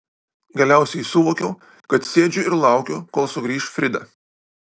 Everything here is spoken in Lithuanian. galiausiai suvokiau kad sėdžiu ir laukiu kol sugrįš frida